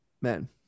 men